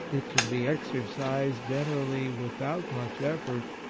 it can be exercised generally without much effort,